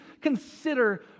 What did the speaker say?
consider